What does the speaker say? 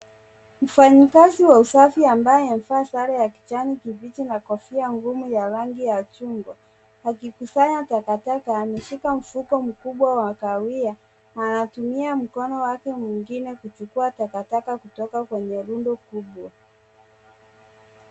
Mfanyakazi wa usafi ambaye amevaa sare ya kijani kibichi na kofia ngumu ya rangi ya chungwa akikusanya takataka, ameshika mfuko mkubwa wa kahawia na anatumia mkono wake mwingine kuchukua takataka kutoka kwenye rundo kubwa.